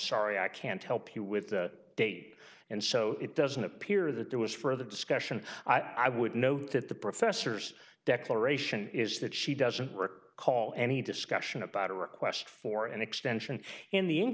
sorry i can't help you with that date and so it doesn't appear that there was further discussion i would note that the professor's declaration is that she doesn't recall any discussion about a request for an extension in the in